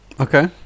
okay